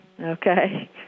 Okay